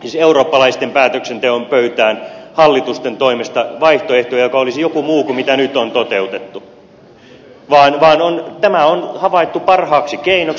siis eurooppalaisten päätöksenteon pöytään hallitusten toimesta vaihtoehtoa joka olisi joku muu kuin nyt on toteutettu vaan tämä on havaittu parhaaksi keinoksi